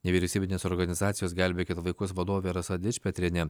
nevyriausybinės organizacijos gelbėkit vaikus vadovė rasa dičpetrienė